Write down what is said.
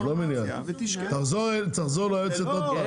תחזור ליועצת עוד פעם.